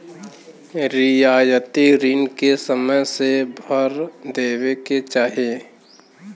रियायती रिन के समय से भर देवे के चाही